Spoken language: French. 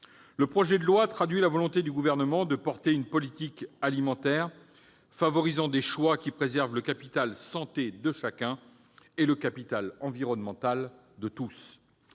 Le projet de loi traduit la volonté du Gouvernement de porter une politique alimentaire favorisant des choix qui préservent le capital de santé de chacun et le capital environnemental de tous.